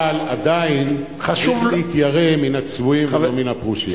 אבל עדיין יש להתיירא מן הצבועים ולא מן הפרושים.